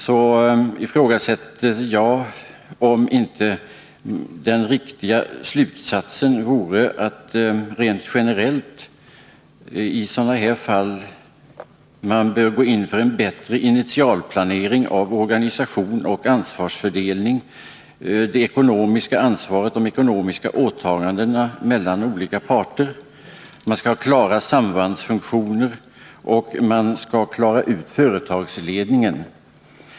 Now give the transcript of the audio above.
Jag ifrågasätter emellertid om inte den riktiga slutsatsen är att i sådana fall rent generellt gå in för en bättre initialplanering av organisation och ansvarsfördelning, t.ex. beträffande de olika parternas ekonomiska åtaganden. Man skall ha klara sambandsfunktioner och även klara ut företagsledningen.